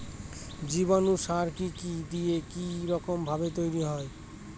জীবাণু সার কি কি দিয়ে কি রকম ভাবে তৈরি হয়?